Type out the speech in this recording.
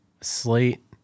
Slate